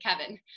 Kevin